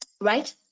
right